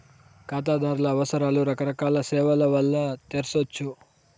కాతాదార్ల అవసరాలు రకరకాల సేవల్ల వల్ల తెర్సొచ్చు